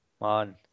man